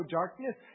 darkness